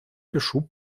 пишу